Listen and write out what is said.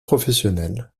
professionnel